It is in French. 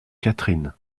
catherine